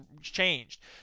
changed